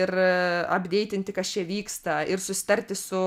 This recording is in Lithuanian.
ir apdeitinti kas čia vyksta ir susitarti su